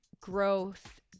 growth